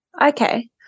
Okay